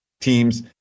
Teams